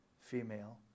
female